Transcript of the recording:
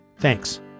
Thanks